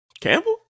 Campbell